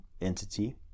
entity